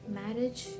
marriage